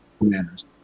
manners